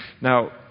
Now